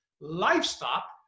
livestock